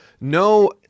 no